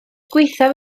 gwaethaf